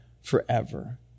forever